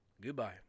Goodbye